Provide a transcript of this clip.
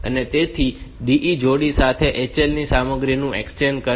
તેથી તે DE જોડી સાથે HL ની સામગ્રી નું એક્સચેન્જ કરશે